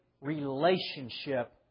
relationship